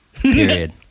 Period